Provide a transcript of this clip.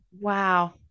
Wow